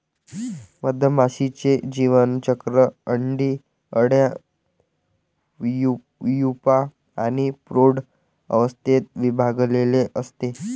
मधमाशीचे जीवनचक्र अंडी, अळ्या, प्यूपा आणि प्रौढ अवस्थेत विभागलेले असते